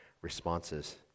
responses